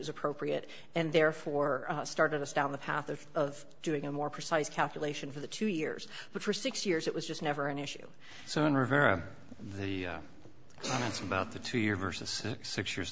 was appropriate and therefore started us down the path of of doing a more precise calculation for the two years but for six years it was just never an issue so in rivera the it's about the two year versus six years